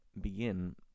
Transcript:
begin